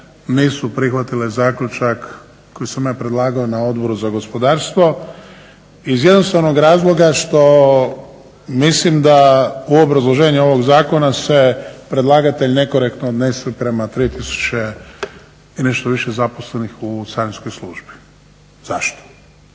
nisu prihvatile zaključak koji sam ja predlagao na Odboru za gospodarstvo iz jednostavnog razloga što mislim da u obrazloženju ovoga Zakona se predlagatelj nekorektno odnosi prema 3 tisuće i nešto više zaposlenih u carinskoj službi. Zašto?